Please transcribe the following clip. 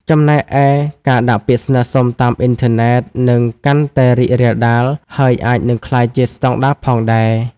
ចំណែកឯ ការដាក់ពាក្យស្នើសុំតាមអ៊ីនធឺណិត នឹងកាន់តែរីករាលដាល ហើយអាចនឹងក្លាយជាស្តង់ដារផងដែរ។